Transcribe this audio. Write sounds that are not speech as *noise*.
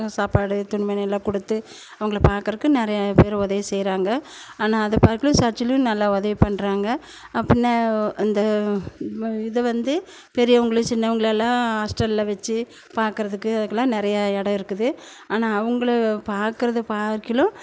சாப்பாடு துணிமணியெல்லான் கொடுத்து அவங்கள பார்க்கறக்கு நிறையாப்பேரு உதவி செய்யறாங்க ஆனால் அதை பாக்லும் சர்ச்சுலும் நல்லா உதவி பண்ணுறாங்க அப்புன்னா அந்த இதை வந்து பெரியவங்களை சின்னவங்களெல்லாம் ஹாஸ்டலில் வச்சி பார்க்கறதுக்கு அதுக்குலான் நிறையா இடோம் இருக்குது ஆனால் அவங்களை பார்க்கறது *unintelligible*